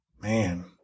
Man